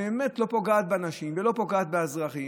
באמת לא פוגעת באנשים ולא פוגעת באזרחים